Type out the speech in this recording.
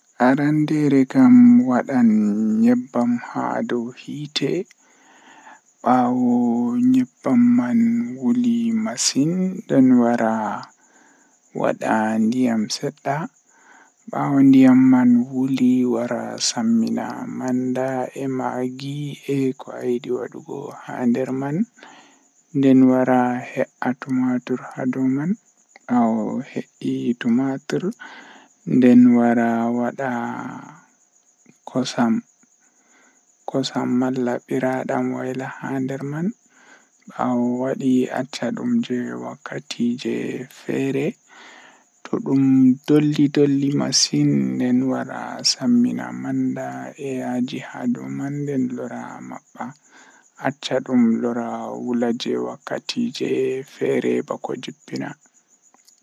Ko ɗum waawugol, kono fota neɗɗo waɗataa njiddungol e personal happiness kadi, sabu ɗuum woodani semmbugol ɗi njamɗi. So a heɓi fota ngal, ɗuum njogitaa wonde kadi njarɗe, e jammaaji wattan. njogorde e jamii ko njaŋnguɗi ko naatude e jam, so no a waawi ndarugol e ɓamɗe heɓde hokkataaji ɗum.